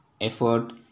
effort